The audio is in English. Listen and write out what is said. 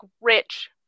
rich